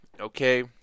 Okay